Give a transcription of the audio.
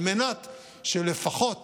על מנת שלפחות